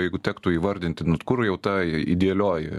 jeigu tektų įvardinti kur jau ta idealioji